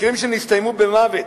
מקרים שנסתיימו במוות,